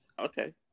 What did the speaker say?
Okay